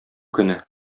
көне